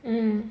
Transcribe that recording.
mm